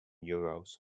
euros